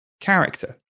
character